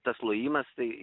tas lojimas tai